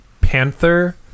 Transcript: Panther